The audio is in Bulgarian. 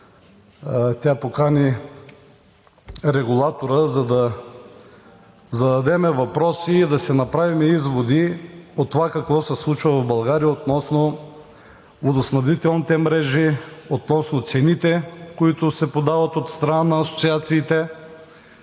Тя покани регулатора, за да зададем въпроси и да си направим изводи от това какво се случва в България относно водоснабдителните мрежи, относно цените, които се подават от страна на асоциациите.